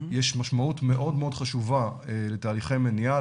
יש משמעות מאוד מאוד חשובה לתהליכי מניעה,